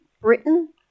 Britain